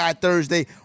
Thursday